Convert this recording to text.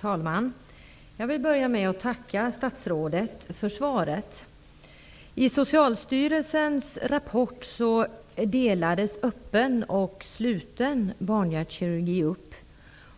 Herr talman! Jag vill börja med att tacka statsrådet för svaret. I Socialstyrelsens rapport delades öppen och sluten barnhjärtkirurgi upp,